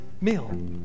meal